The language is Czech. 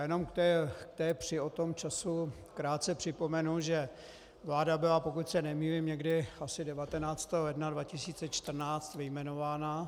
Já jenom k té při o tom času krátce připomenu, že vláda byla, pokud se nemýlím, někdy asi 19. ledna 2014 jmenována.